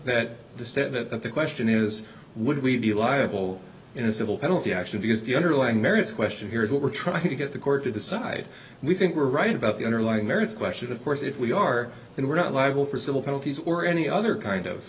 that the statement that the question is would we be liable in a civil penalty action because the underlying merits question here is what we're trying to get the court to decide we think we're right about the underlying merits question of course if we are then we're not liable for civil penalties or any other kind of